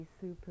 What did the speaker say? super